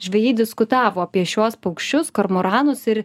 žvejai diskutavo apie šiuos paukščius kormoranus ir